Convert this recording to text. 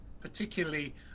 particularly